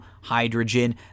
Hydrogen